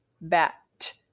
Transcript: bat